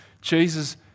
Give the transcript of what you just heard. Jesus